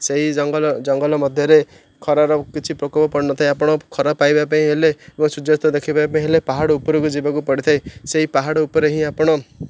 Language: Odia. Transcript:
ସେହି ଜଙ୍ଗଲ ଜଙ୍ଗଲ ମଧ୍ୟରେ ଖରାର କିଛି ପ୍ରକୋପ ପଡ଼ିନଥାଏ ଆପଣ ଖରା ପାଇବାପାଇଁ ହେଲେ ଏବଂ ସୂର୍ଯ୍ୟାସ୍ତ ଦେଖିବା ପାଇଁ ହେଲେ ପାହାଡ଼ ଉପରକୁ ଯିବାକୁ ପଡ଼ିଥାଏ ସେଇ ପାହାଡ଼ ଉପରେ ହିଁ ଆପଣ